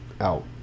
out